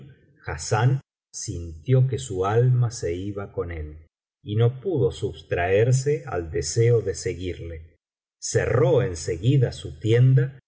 hassán sintió que su alma se iba con él y no pudo sustraerse al deseo de seguirle cerró en seguida su tienda